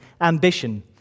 ambition